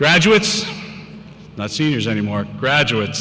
graduates not seniors anymore graduate